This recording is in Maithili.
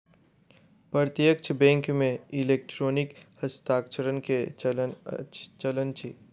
प्रत्यक्ष बैंक मे इलेक्ट्रॉनिक हस्तांतरण के चलन अछि